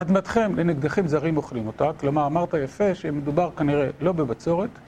אדמתכם לנגדכם זרים אוכלים אותה, כלומר אמרת יפה שמדובר כנראה לא בבצורת